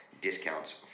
Discounts